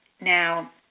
Now